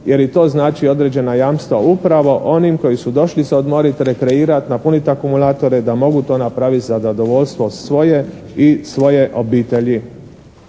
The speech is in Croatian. jer i to znači određena jamstva upravo onima koji su došli se odmoriti, rekreirati, napuniti akumulatore da mogu to napraviti na zadovoljstvo svoje i svoje obitelji.